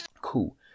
cool